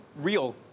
real